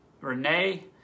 Renee